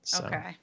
Okay